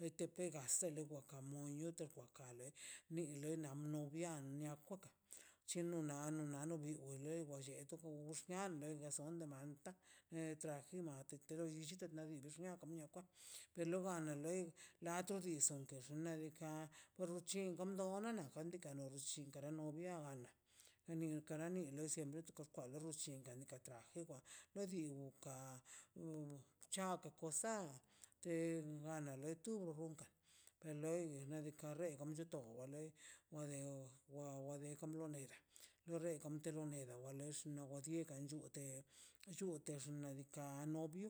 Lete pegase lo wacamole nio te wan ka le nin ne la novia nia chena no no na wa no vi we le wa lleto gux nia onso dan nota etrajima te lo llichite mali xnia komida xnia komida kwa per lo ga na ne la tu dison ke xo nadika kwelo chen kom do na kandika no llin kara novia banda ni kara ni siempre karkwale ruchinda le katraje wa lo di ka wu c̱ha ka kosa te dana le tukan per le nadika le omlla to ba lei wa de o wa wa o wan de blona neda wa lex wa ingan chute chute xnaꞌ diikaꞌ a novio